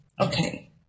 Okay